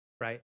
right